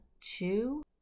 two